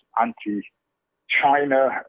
anti-China